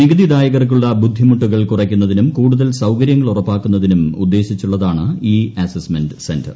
നികുതിദായകർക്കുള്ള ബുദ്ധിമുട്ടുകൾ കുറയ്ക്കുന്നതിനും കൂടുതൽ സൌകര്യങ്ങൾ ഉറപ്പാക്കുന്നതിനും ഉദ്ദേശിച്ചുള്ളതാണ് ഇ അസ്സസ്മെന്റ സെന്റർ